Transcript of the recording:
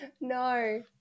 No